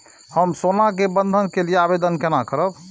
हम सोना के बंधन के लियै आवेदन केना करब?